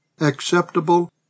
acceptable